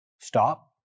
Stop